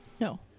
No